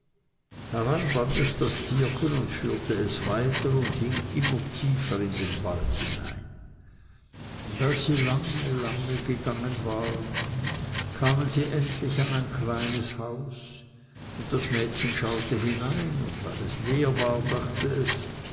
daran band es das tierchen und führte es weiter und ging immer tiefer in den wald hinein und als sie lange lange gegangen waren kamen sie endlich an ein kleines haus und das mädchen schaute hinein und weil es leer war dachte es